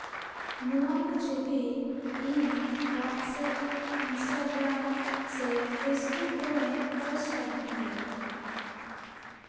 ᱱᱚᱣᱟ ᱠᱚ ᱪᱷᱚᱵᱤ ᱤᱧ ᱦᱳᱣᱟᱴᱥᱥᱮᱯ ᱤᱱᱥᱴᱟᱜᱨᱟᱢ ᱥᱮ ᱯᱷᱮᱥᱵᱩᱠ ᱠᱚᱨᱮᱧ ᱯᱳᱥᱴ ᱛᱟᱦᱮᱱ ᱜᱮ